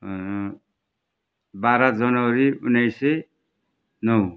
बाह्र जनवरी उन्नाइस सय नौ